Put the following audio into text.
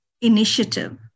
initiative